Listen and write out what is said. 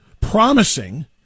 promising